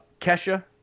Kesha